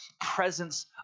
presence